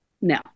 no